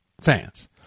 fans